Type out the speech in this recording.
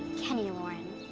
can you, lauren?